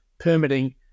permitting